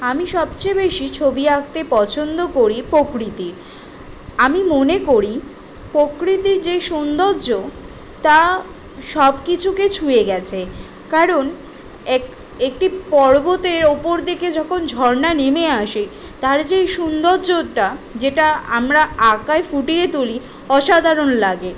আমি সবচেয়ে বেশি ছবি আঁকতে পছন্দ করি প্রকৃতি আমি মনে করি প্রকৃতি যে সৌন্দর্য তা সব কিছুকে ছুঁয়ে গেছে কারণ এক একটি পর্বতের ওপর দিকে যখন ঝর্ণা নেমে আসে তার যেই সৌন্দর্যটা আমরা আঁকায় ফুটিয়ে তুলি অসাধারণ লাগে